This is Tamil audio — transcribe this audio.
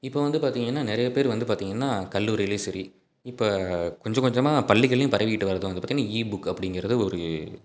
இப்போ வந்து பார்த்தீங்கன்னா நிறைய பேர் வந்து பார்த்தீங்கன்னா கல்லூரிலேயும் சரி இப்போ கொஞ்சம் கொஞ்சமாக பள்ளிகள்லேயும் பரவிக்கிட்டு வர்றது வந்து பார்த்தீங்கன்னா இ புக் அப்படிங்கறது ஒரு